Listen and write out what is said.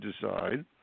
decide